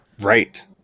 Right